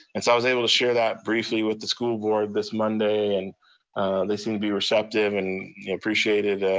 and so i was able to share that briefly with the school board this monday, and they seemed to be receptive and appreciated